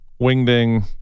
wingding